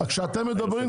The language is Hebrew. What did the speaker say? רק לגבי הרפורמה המשפטית.